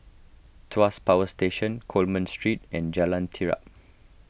Tuas Power Station Coleman Street and Jalan Terap